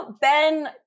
ben